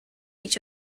each